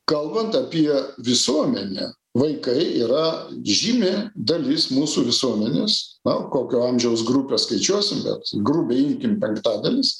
kalbant apie visuomenę vaikai yra žymi dalis mūsų visuomenės na kokio amžiaus grupę skaičiuosim bet grubiai imkim penktadalis